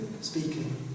speaking